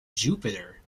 jupiter